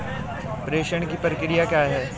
प्रेषण की प्रक्रिया क्या है?